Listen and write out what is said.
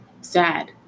sad